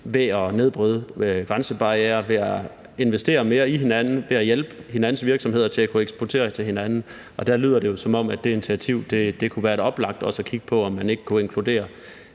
ved at nedbryde grænsebarrierer, ved at investere mere i hinanden, ved at hjælpe hinandens virksomheder til at kunne eksportere til hinanden, og der lyder det jo, som om det initiativ kunne være oplagt at kigge på, altså om ikke man kunne inkludere